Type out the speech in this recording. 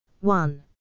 One